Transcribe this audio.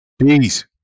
Peace